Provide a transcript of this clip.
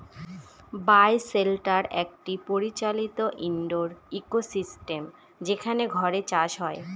বায় shelter একটি পরিচালিত indoor ecosystem যেখানে ঘরে চাষ হয়